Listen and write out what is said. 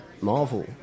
Marvel